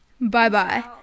Bye-bye